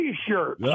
T-shirt